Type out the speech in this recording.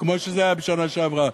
כמו שזה היה בשנה שעברה".